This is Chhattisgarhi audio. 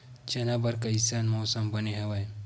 चना बर कइसन मौसम बने हवय?